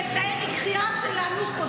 ותנאי מחיה של הנוח'בות,